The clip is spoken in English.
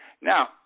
Now